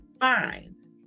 finds